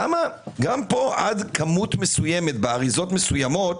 למה גם פה עד כמות מסוימת באריזות מסוימות